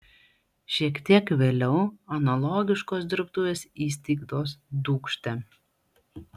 šiek tiek vėliau analogiškos dirbtuvės įsteigtos dūkšte